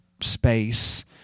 space